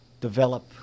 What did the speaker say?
develop